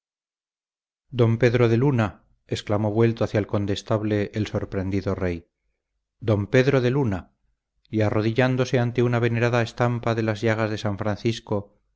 don pedro de luna exclamó vuelto hacia el condestable el sorprendido rey don pedro de luna y arrodillándose ante una venerada estampa de las llagas de san francisco